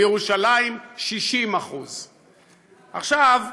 בירושלים, 60%. עכשיו,